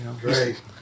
Great